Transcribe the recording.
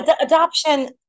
adoption